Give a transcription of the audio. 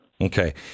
Okay